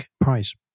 price